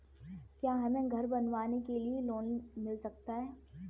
क्या हमें घर बनवाने के लिए लोन मिल सकता है?